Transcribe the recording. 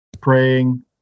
praying